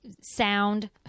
Sound